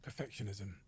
perfectionism